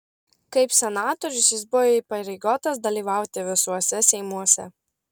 kaip senatorius jis buvo įpareigotas dalyvauti visuose seimuose